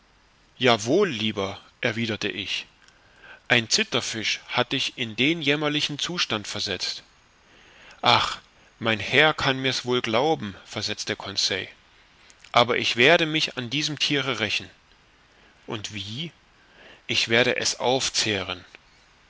lieber erwiderte ich ein zitterfisch hat dich in den jämmerlichen zustand versetzt ach mein herr kann mir's wohl glauben versetzte conseil aber ich werde mich an diesem thiere rächen und wie ich werde es aufzehren